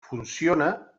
funciona